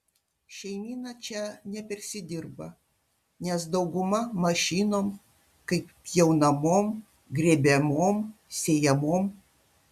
šeimyna čia nepersidirba nes dauguma mašinom kaip pjaunamom grėbiamom sėjamom